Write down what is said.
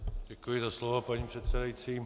Děkuji za slovo, paní předsedající.